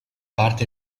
parte